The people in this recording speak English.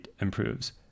improves